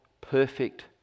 perfect